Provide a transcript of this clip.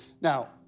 Now